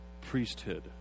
priesthood